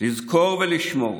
לזכור ולשמור,